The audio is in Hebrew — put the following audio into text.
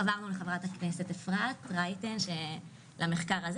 חברנו לחברת הכנסת אפרת רייטן במחקר הזה